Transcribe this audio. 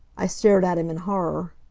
i stared at him in horror.